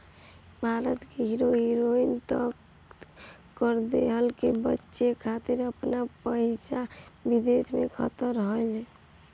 भारत के hero heroine त कर देहला से बचे खातिर आपन पइसा विदेश में रखत हवे